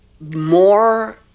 more